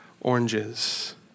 oranges